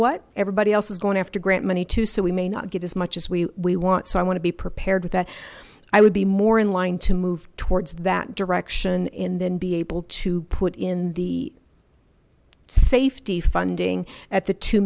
what everybody else is going after grant money too so we may not get as much as we want so i want to be prepared with that i would be more in line to move towards that direction in then be able to put in the safety funding at the two